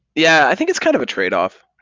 yeah, i think it's kind of a trade-off.